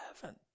heaven